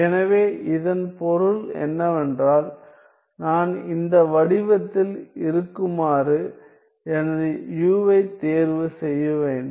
எனவே இதன் பொருள் என்னவென்றால் நான் இந்த வடிவத்தில் இருக்குமாறு எனது u ஐ தேர்வு செய்ய வேண்டும்